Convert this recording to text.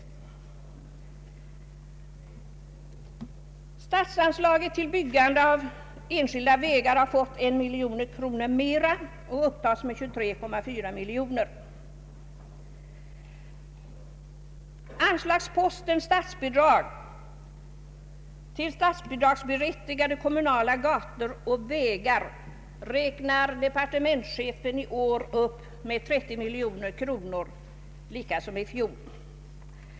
Statsanslaget till byggande av enskilda vägar har fått en miljon kronor mera och upptas med 23,4 miljoner kronor. Anslagsposten Statsbidrag till statsbidragsberättigade kommunala gator och vägar räknar departementschefen i år upp med 30 miljoner kronor, alltså lika mycket som i fjol.